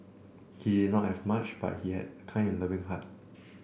he did not have much but he had a kind and loving heart